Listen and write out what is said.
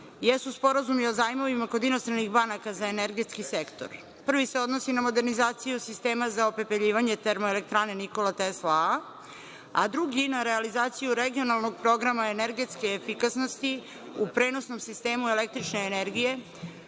jesu sporazumi o zajmovima kod inostranih banaka za energetski sektor. Prvi se odnosi na modernizaciju sistema za opepeljivanje TENT A, a drugi na realizaciju regionalnog programa energetske efikasnosti u prenosnom sistemu električne energije,